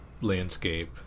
Landscape